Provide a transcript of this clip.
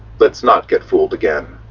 let's not get fooled again.